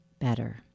better